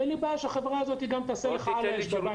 אין לי בעיה שהחברה הזו תעשה לך על האש בבית